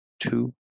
two